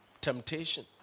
temptation